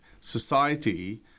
society